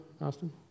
Austin